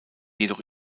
jedoch